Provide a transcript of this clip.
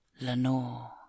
lenore